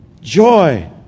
joy